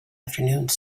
afternoons